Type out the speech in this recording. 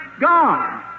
God